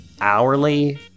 hourly